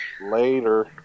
Later